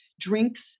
drinks